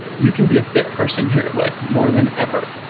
you can be a fit person here like more than ever.